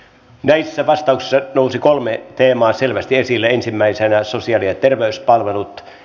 näissä vastauksissa nousi kolme teemaa selvästi esille ensimmäisenä sosiaali ja terveyspalvelut